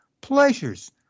pleasures